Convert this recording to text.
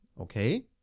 Okay